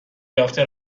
یافته